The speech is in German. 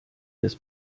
des